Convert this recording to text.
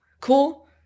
Cool